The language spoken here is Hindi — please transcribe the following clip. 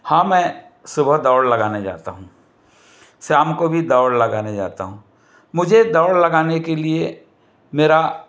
हाँ मैं सुबह दौड़ लगाने जाता हूँ शाम को भी दौड़ लगाने जाता हूँ मुझे दौड़ लगाने के लिए मेरा